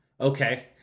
Okay